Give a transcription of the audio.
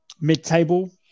mid-table